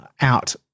out